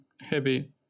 heavy